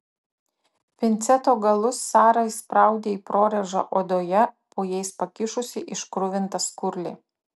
pinceto galus sara įspraudė į prorėžą odoje po jais pakišusi iškruvintą skurlį